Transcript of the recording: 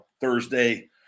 Thursday